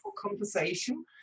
conversation